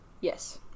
Yes